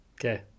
Okay